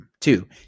Two